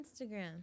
Instagram